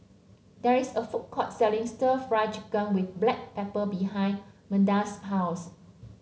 there is a food court selling stir Fry Chicken with Black Pepper behind Meda's house